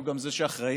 הוא גם מי שהיה אחראי,